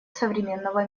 современного